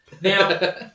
Now